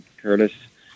Curtis